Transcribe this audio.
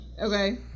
Okay